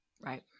Right